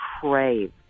crave